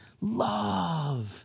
Love